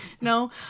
No